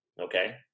okay